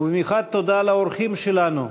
במיוחד תודה לאורחים שלנו,